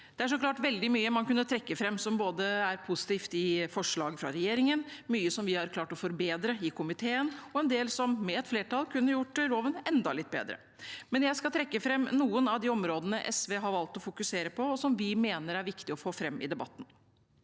Det er så klart veldig mye man kunne trekke fram som positivt, både i forslaget fra regjeringen og i mye vi har klart å forbedre i komiteen – og en del som med flertall kunne ha gjort loven enda litt bedre. Jeg skal trekke fram noen av de områdene SV har valgt å fokusere på, og som vi mener er viktig å få fram i debatten.